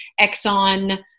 Exxon